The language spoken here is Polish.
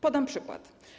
Podam przykład.